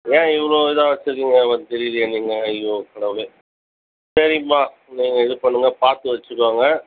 ஏன் இவ்வளோ இதாக வைச்சிருக்கீங்க தெரியலை ஐயோ கடவுளே சரிம்மா கொஞ்சம் இது பண்ணுங்கள் பார்த்து வைச்சிக்கோங்க